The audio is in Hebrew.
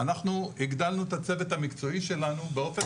אנחנו הגדלנו את הצוות המקצועי שלנו באופן